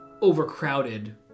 overcrowded